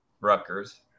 Rutgers